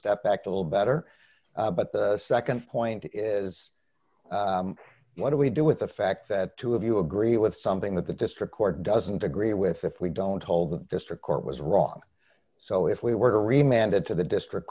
step back a little better but the nd point is what do we do with the fact that two of you agree with something that the district court doesn't agree with if we don't hold the district court was wrong so if we were reminded to the district